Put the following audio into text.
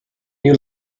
new